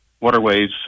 waterways